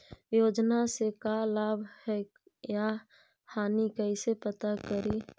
योजना से का लाभ है या हानि कैसे पता करी?